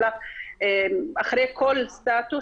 אלא אחרי כל סטטוס,